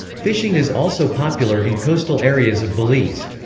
fishing is also popular in coastal areas of belize.